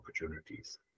opportunities